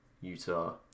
Utah